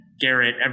Garrett